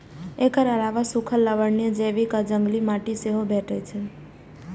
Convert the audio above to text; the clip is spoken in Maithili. एकर अलावे सूखल, लवणीय, जैविक आ जंगली माटि सेहो भेटै छै